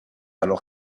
alors